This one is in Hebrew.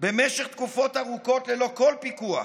במשך תקופות ארוכות ללא כל פיקוח.